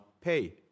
pay